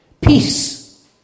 Peace